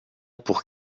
pour